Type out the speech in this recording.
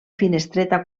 finestreta